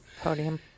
Podium